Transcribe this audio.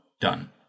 done